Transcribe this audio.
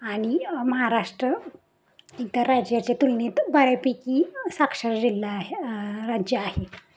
आणि महाराष्ट्र इतर राज्याच्या तुलनेत बऱ्यापैकी साक्षर जिल्हा आहे राज्य आहे